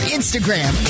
Instagram